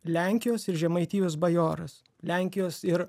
lenkijos ir žemaitijos bajoras lenkijos ir